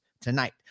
tonight